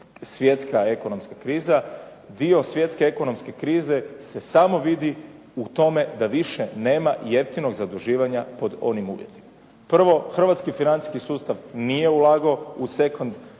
svjetska ekonomska kriza. Dio svjetske ekonomske krize se samo vidi u tome da više nema jeftinog zaduživanja pod onim uvjetima. Prvo hrvatski financijski sustav nije ulagao u second